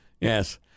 Yes